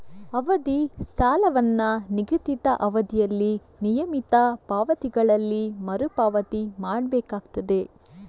ಅವಧಿ ಸಾಲವನ್ನ ನಿಗದಿತ ಅವಧಿಯಲ್ಲಿ ನಿಯಮಿತ ಪಾವತಿಗಳಲ್ಲಿ ಮರು ಪಾವತಿ ಮಾಡ್ಬೇಕಾಗ್ತದೆ